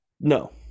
No